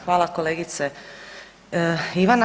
Hvala, kolegice Ivana.